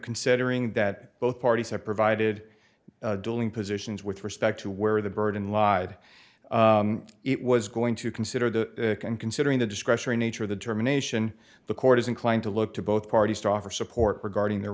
considering that both parties have provided dueling positions with respect to where the burden lied it was going to consider the can considering the discretionary nature of the determination the court is inclined to look to both parties to offer support regarding the